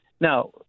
Now